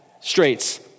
straits